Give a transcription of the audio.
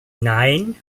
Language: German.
nein